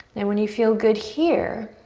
and when you feel good here,